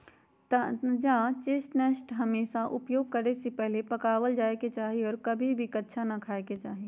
ताजा चेस्टनट हमेशा उपयोग करे से पहले पकावल जाये के चाहि और कभी भी कच्चा ना खाय के चाहि